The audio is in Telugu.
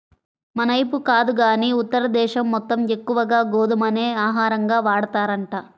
మనైపు కాదు గానీ ఉత్తర దేశం మొత్తం ఎక్కువగా గోధుమనే ఆహారంగా వాడతారంట